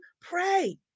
pray